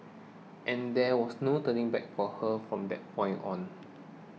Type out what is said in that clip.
and there was no turning back for her from that point on